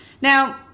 Now